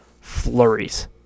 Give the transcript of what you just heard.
flurries